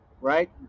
right